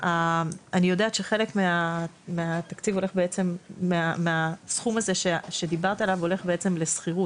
אני יודעת שחלק מהסכום הזה שדיברת עליו הולך לשכירות,